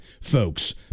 folks